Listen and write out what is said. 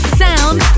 sound